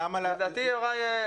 למה --- יוראי,